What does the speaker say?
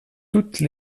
toutes